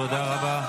תודה רבה.